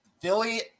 Philly